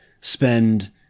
spend